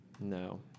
No